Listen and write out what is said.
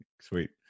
Sweet